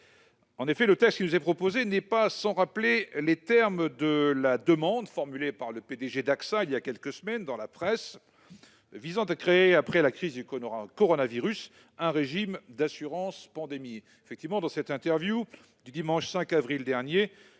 majeure. Le texte qui nous est proposé n'est pas sans rappeler les termes de la demande formulée par le directeur général d'Axa il y a quelques semaines dans la presse, visant à créer après la crise du coronavirus un régime d'assurance pandémie. En effet, dans son interview du dimanche 5 avril dernier,